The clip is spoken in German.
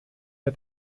der